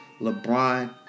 LeBron